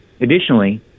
Additionally